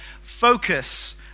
focus